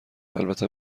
البته